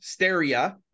steria